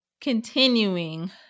Continuing